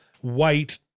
white